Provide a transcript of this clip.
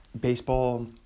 Baseball